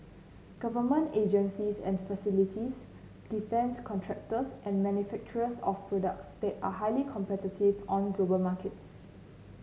government agencies and facilities defence contractors and manufacturers of products that are highly competitive on global markets